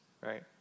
right